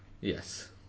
Yes